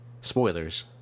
spoilers